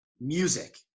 music